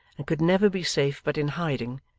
and could never be safe but in hiding,